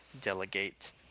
delegate